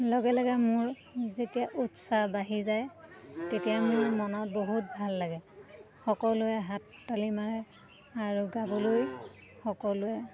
লগে লগে মোৰ যেতিয়া উৎসাহ বাঢ়ি যায় তেতিয়া মোৰ মনত বহুত ভাল লাগে সকলোৱে হাত তালি মাৰে আৰু গাবলৈ সকলোৱে